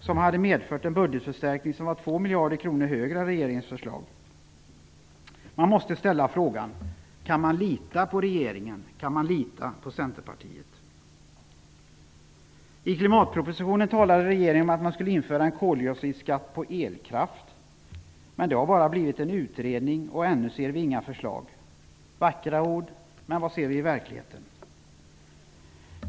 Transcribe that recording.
Det hade medfört en budgetförstärkning som var 2 miljarder kronor större än med regeringens förslag. Man måste ställa frågan: Kan man lita på regeringen? Kan man lita på Centerpartiet? I klimatpropositionen talade regeringen om att man skulle införa en koldioxidskatt på elkraft. Men det har bara lett till en utredning, och ännu har det inte kommit några förslag. Det är vackra ord. Men hur blir det i verkligheten?